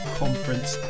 conference